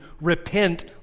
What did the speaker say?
repent